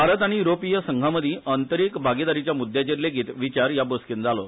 भारत आनी युरोपीय संघामदी आंतरिक भागीदारीच्या मुद्याचेर लेगीत विचार या बसकेन जालो